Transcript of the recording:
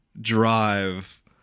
drive